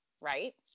right